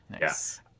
Yes